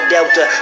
Delta